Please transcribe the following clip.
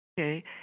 Okay